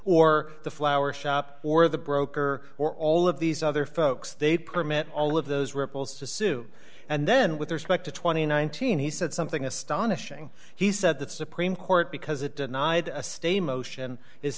or the flower shop or the broker or all of these other folks they permit all of those ripples to sue and then with respect to twenty nine thousand dollars he said something astonishing he said the supreme court because it denied a stain motion is